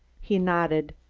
he nodded.